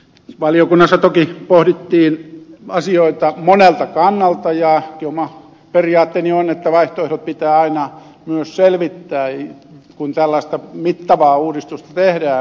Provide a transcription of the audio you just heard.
valiokunnassa toki pohdittiin asioita monelta kannalta ja ainakin oma periaatteeni on että vaihtoehdot pitää aina myös selvittää kun tällaista mittavaa uudistusta tehdään